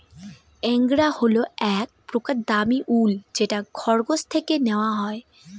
angora হল এক প্রকার দামী উল যেটা খরগোশ থেকে নেওয়া হয়